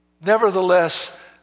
Nevertheless